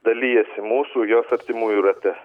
dalijasi mūsų jos artimųjų rate